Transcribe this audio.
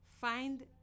Find